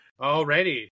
Alrighty